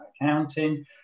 accounting